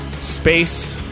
space